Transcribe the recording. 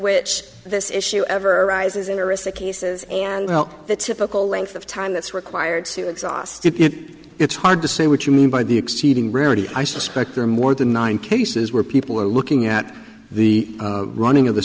which this issue ever arises in the risk cases and the typical length of time that's required to exhaust it it's hard to say what you mean by the exceeding rarity i suspect there are more than nine cases where people are looking at the running of the